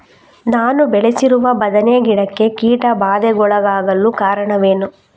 ನಾನು ಬೆಳೆಸಿರುವ ಬದನೆ ಗಿಡಕ್ಕೆ ಕೀಟಬಾಧೆಗೊಳಗಾಗಲು ಕಾರಣವೇನು?